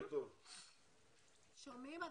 אני